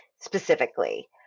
specifically